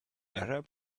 arab